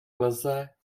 lze